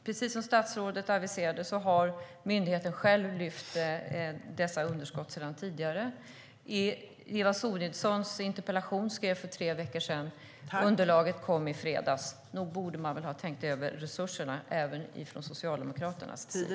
Precis som statsrådet sade har myndigheten själv lyft fram dessa underskott tidigare. Eva Sonidssons interpellation skrevs för tre veckor sedan. Underlaget kom i fredags. Nog borde man väl ha tänkt över resurserna, även från Socialdemokraternas sida.